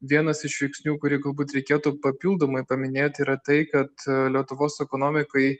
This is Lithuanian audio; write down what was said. vienas iš veiksnių kurį galbūt reikėtų papildomai paminėti yra tai kad lietuvos ekonomikai